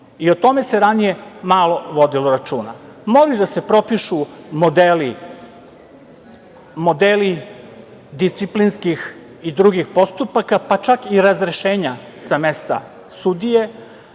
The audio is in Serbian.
i o tome se ranije malo vodilo računa. Moraju da se propišu modeli disciplinskih i drugih postupaka, pa čak i razrešenja sa mesta sudije.